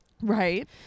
right